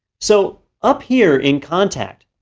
so up here in contact,